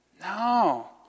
No